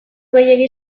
gehiegi